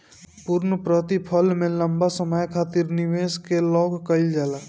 पूर्णप्रतिफल में लंबा समय खातिर निवेश के लाक कईल जाला